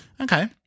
Okay